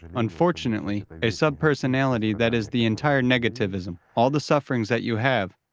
unfortunately, a subpersonality, that is the entire negativism, all the sufferings that you have,